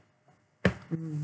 mm